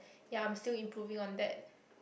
ya I'm still improving on that